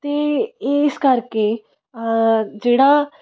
ਅਤੇ ਇਸ ਕਰਕੇ ਜਿਹੜਾ